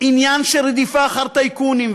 עניין של רדיפה אחר טייקונים,